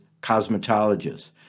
cosmetologists